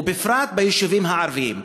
או בפרט ביישובים הערביים.